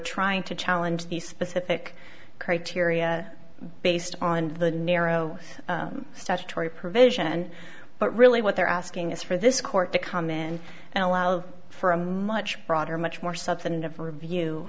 trying to challenge the specific criteria based on the narrow statutory provision and but really what they're asking is for this court to come in and allows for a much broader much more substantive review